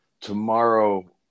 tomorrow